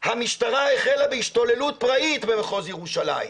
המשטרה החלה בהשתוללות פראית במחוז ירושלים.